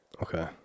Okay